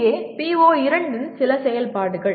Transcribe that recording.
இங்கே PO2 இன் சில செயல்பாடுகள்